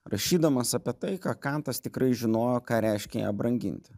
rašydamas apie tai ką kantas tikrai žinojo ką reiškia ją branginti